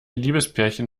liebespärchen